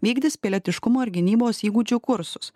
vykdys pilietiškumo ir gynybos įgūdžių kursus